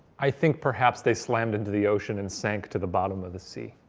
i think, perhaps they slammed into the ocean and sank to the bottom of the sea.